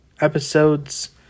episodes